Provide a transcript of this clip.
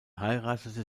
heiratete